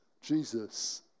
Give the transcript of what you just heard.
Jesus